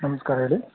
ನಮಸ್ಕಾರ ಹೇಳಿ